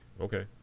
okay